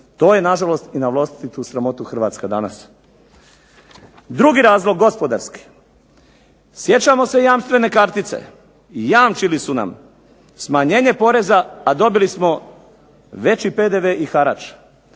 To je nažalost i na vlastitu sramotu Hrvatska danas. Drugi razlog, gospodarski. Sjećamo se jamstvene kartice, jamčili su nam smanjenje poreza, a dobili smo veći PDV i "harač".